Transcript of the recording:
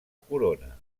corona